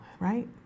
right